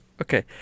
okay